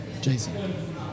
Jason